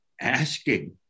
asking